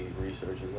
researches